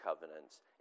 covenants